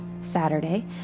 Saturday